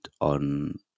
on